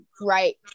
right